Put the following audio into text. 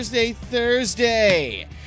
Thursday